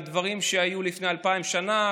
על דברים שהיו לפני 2,000 שנה,